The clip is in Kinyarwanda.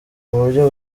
uburyo